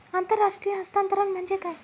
आंतरराष्ट्रीय हस्तांतरण म्हणजे काय?